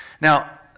Now